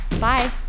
Bye